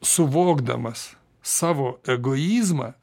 suvokdamas savo egoizmą